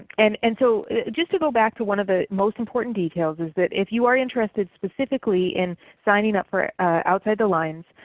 and and so just to go back to one of the most important details is that if you are interested specifically in signing up for outside the lines,